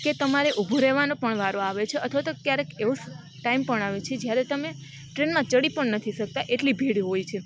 કે તમારે ઊભું રહેવાનો પણ વારો આવે છે અથવા તો ક્યારેક એવું ટાઈમ પણ આવે છે જ્યારે તમે ટ્રેનમાં ચડી પણ નથી શકતા એટલી ભીડ હોય છે